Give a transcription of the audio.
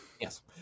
Yes